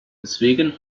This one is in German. deswegen